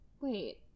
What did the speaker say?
Wait